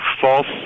false